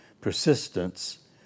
persistence